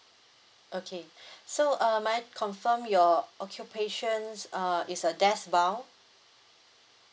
okay so uh may I confirm your occupation uh is a desk bound